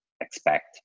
expect